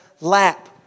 lap